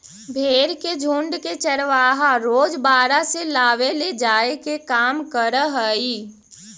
भेंड़ के झुण्ड के चरवाहा रोज बाड़ा से लावेले जाए के काम करऽ हइ